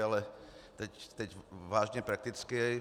Ale teď vážně, prakticky.